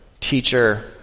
teacher